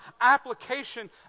application